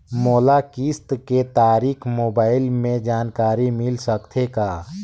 मोला किस्त के तारिक मोबाइल मे जानकारी मिल सकथे का?